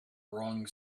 wrong